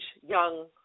young